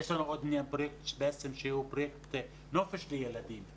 יש לנו עוד פרויקט שהוא פרויקט נופש לילדים,